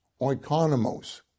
oikonomos